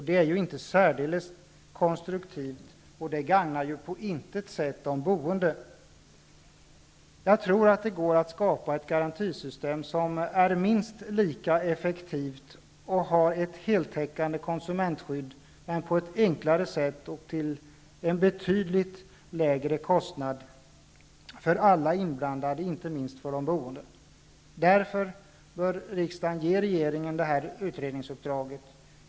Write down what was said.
Det är inte särdeles konstruktivt och gagnar inte de boende. Jag tror att det går att skapa ett garantisystem som är minst lika effektivt och har ett heltäckande konsumentskydd men på ett enklare sätt och till en betydligt lägre kostnad för alla inblandade -- inte minst för de boende. Därför bör riksdagen ge regeringen utredningsuppdraget.